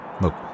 Look